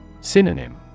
Synonym